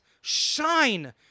Shine